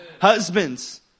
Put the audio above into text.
Husbands